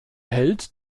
held